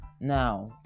Now